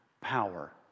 power